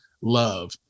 love